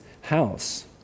house